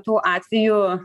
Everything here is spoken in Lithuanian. tų atvejų